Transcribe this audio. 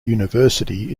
university